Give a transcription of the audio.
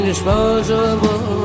Disposable